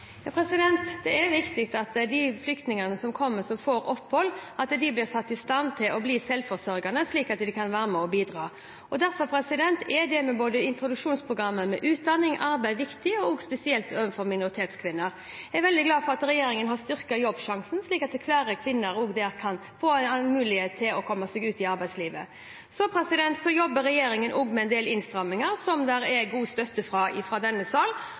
Det er viktig at de flyktningene som kommer, og som får opphold, blir satt i stand til å bli selvforsørgende, slik at de kan være med og bidra. Derfor er introduksjonsprogrammet viktig når det gjelder utdanning og arbeid, spesielt overfor minoritetskvinner. Jeg er veldig glad for at regjeringen har styrket Jobbsjansen, slik at flere kvinner kan få mulighet til å komme seg ut i arbeidslivet. Så jobber regjeringen også med en del innstramminger som det er god støtte for i denne sal,